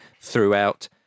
throughout